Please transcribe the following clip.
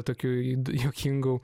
tokių juokingų